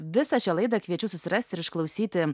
visą šią laidą kviečiu susirasti ir išklausyti